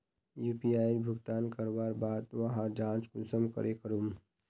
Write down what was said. UPI भुगतान करवार बाद वहार जाँच कुंसम करे करूम?